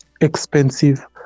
expensive